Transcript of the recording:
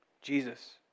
Jesus